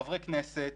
חברי כנסת,